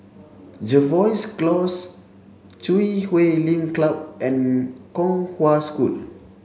Jervois Close Chui Huay Lim Club and Kong Hwa School